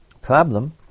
problem